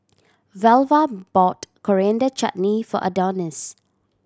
Velva bought Coriander Chutney for Adonis